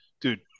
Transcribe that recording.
dude